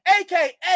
aka